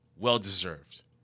Well-deserved